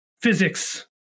physics